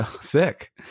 sick